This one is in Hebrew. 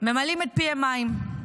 ממלאים את פיהם מים.